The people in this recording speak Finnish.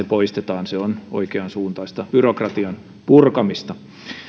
poistetaan se on oikeansuuntaista byrokratian purkamista